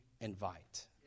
invite